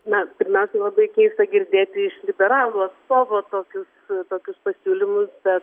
na pirmiausiai labai keista girdėti iš liberalų atstovo tokius visokius pasiūlymus be